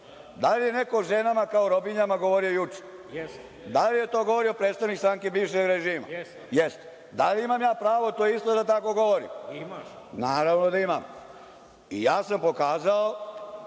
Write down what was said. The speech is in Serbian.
Da li je neko o ženama kao robinjama govorio juče? Da li je to govorio predstavnik stranke bivšeg režima? Jeste. Da li ja imam pravo isto tako da govorim? Naravno da imam. Ja sam pokazao